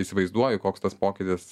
įsivaizduoju koks tas pokytis